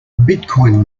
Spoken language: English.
bitcoin